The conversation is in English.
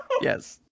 yes